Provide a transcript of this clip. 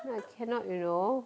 you know I cannot you know